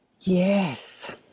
yes